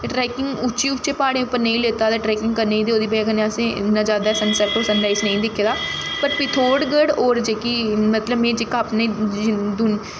ते ट्रैकिंग उच्चे उच्चे प्हाड़ें पर नेईं लेता ते ट्रैकिंग करने गी ते ओह्दी ब'जा कन्नै असें गी इन्ना जैदा सन सैट्ट सन राइज नेईं दिक्खे दा पर पिथोरगढ़ होर जेह्की मतलब में जेह्का अपने